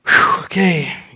okay